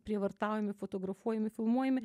prievartaujami fotografuojami filmuojami